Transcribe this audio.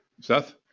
Seth